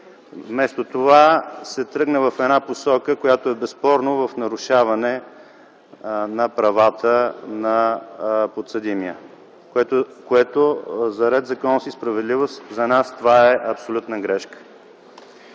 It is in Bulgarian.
Вместо това, се тръгна в една посока, която е безспорно в нарушаване на правата на подсъдимия. За нас – от „Ред, законност и справедливост”, това е абсолютна грешка.